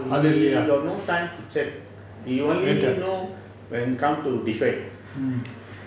err we got no time to check we only know when it come to defect